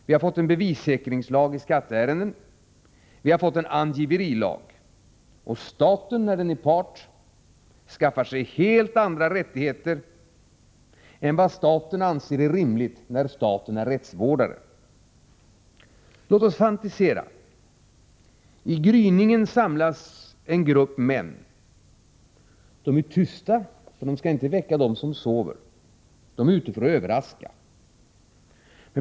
Vi har fått en bevissäkringslag när det gäller skatteärenden. Vi har fått en angiverilag. När staten är part skaffar den sig helt andra rättigheter än vad staten anser är rimligt när staten är rättsvårdare. Låt oss fantisera. I gryningen samlas en grupp män. De är tysta för att inte väcka dem som sover. De är ute för att överraska.